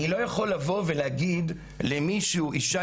אני לא יכול לבוא ולהגיד למישהו שאישה